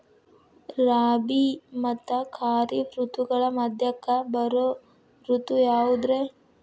ರಾಬಿ ಮತ್ತ ಖಾರಿಫ್ ಋತುಗಳ ಮಧ್ಯಕ್ಕ ಬರೋ ಋತು ಯಾವುದ್ರೇ?